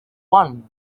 one